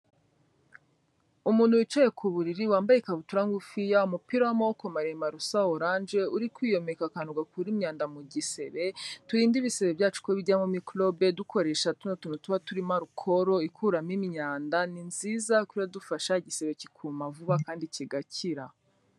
Umuntu wicaye ku buriri wambaye ikabutura ngufiya, umupira w'amaboko maremare usa oranje uri kwiyomeka akantu gakura imyanda mu gisebe. Turinde ibisebe byacu ko bijyamo mikorobe dukoresha tuno tuntu tuba turimo arukoro ikuramo imyanda, ni nziza kuko irafasha igisebe kikuma vuba kandi kigakira.